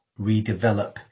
redevelop